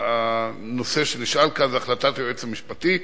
הנושא שנשאל כאן זה החלטת היועץ המשפטי,